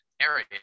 area